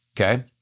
Okay